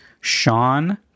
Sean